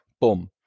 boom